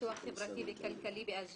אני מנהלת המחלקה לפיתוח חברתי וכלכלי באג'יק,